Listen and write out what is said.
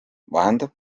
vahendab